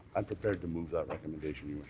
i'm prepared to move that recommendation.